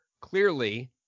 Clearly